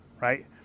right